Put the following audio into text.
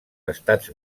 estats